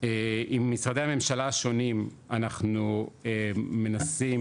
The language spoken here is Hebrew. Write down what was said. עם משרדי הממשלה השונים אנחנו מנסים,